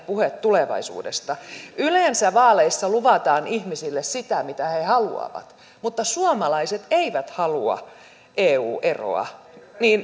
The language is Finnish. puheet tulevaisuudesta yleensä vaaleissa luvataan ihmisille sitä mitä he haluavat mutta suomalaiset eivät halua eu eroa